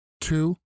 Two